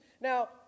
Now